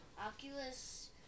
Oculus